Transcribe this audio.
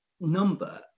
number